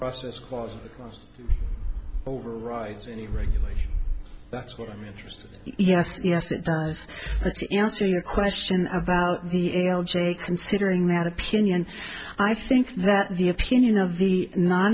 process clause overrides any regulation that's what i'm interested in yes yes it does actually answer your question about the l j considering that opinion i think that the opinion of the non